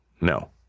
no